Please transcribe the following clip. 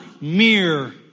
mere